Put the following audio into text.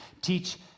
Teach